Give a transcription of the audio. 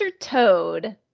Toad